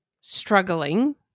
struggling